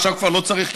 עכשיו כבר לא צריך,